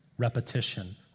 Repetition